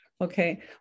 okay